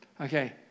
Okay